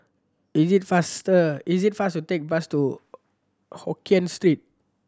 is it faster is it fast to take bus to Hokkien Street